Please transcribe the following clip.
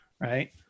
Right